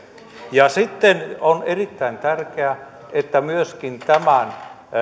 sitten on erittäin tärkeää että myöskin tämän